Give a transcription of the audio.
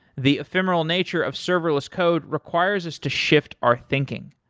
the ephemeral nature of serverless code requires us to shift our thinking,